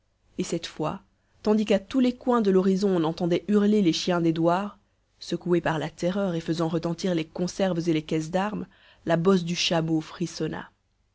et cette fois tandis qu'à tous les coins de l'horizon on entendait hurler les chiens des douars secouée par la terreur et faisant retentir les conserves et les caisses d'armes la bosse du chameau frissonna